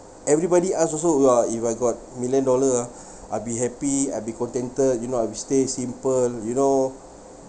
everybody ask also !whoa! if I got million dollar ah I'll be happy I'll be contented you know I'll stay simple you know